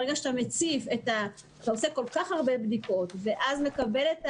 ברגע שאתה עושה כל כך הרבה בדיקות ומקבל אז את החיוביים,